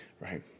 right